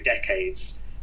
decades